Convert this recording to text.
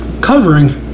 covering